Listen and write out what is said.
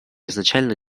изначально